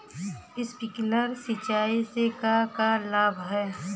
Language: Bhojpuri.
स्प्रिंकलर सिंचाई से का का लाभ ह?